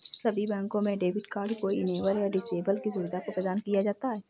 सभी बैंकों में डेबिट कार्ड इनेबल या डिसेबल की सुविधा को प्रदान किया जाता है